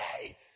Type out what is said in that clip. hey